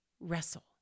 wrestle